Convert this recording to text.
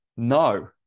no